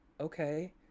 okay